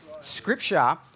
Scripture